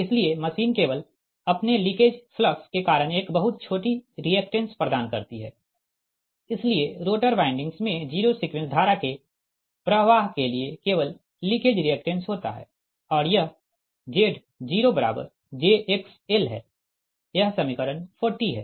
इसलिए मशीन केवल अपने लीकेज फ्लक्स के कारण एक बहुत छोटी रिएक्टेंस प्रदान करती है इसलिए रोटर वाइंडिंग्स में जीरो सीक्वेंस धारा के प्रवाह के लिए केवल लीकेज रिएक्टेंस होता है और यह Z0jXl है यह समीकरण 40 है